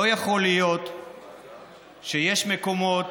לא יכול להיות שיש מקומות,